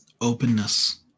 openness